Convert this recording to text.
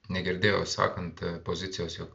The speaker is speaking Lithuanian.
negirdėjau sakant pozicijos jog